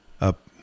up